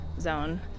zone